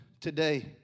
today